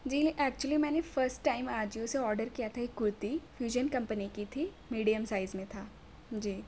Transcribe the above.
جی actually میں نے first time Ajio سے آڈر کیا تھا ایک کُرتی فیوزن کمپنی کی تھی میڈیم سائز میں تھا جی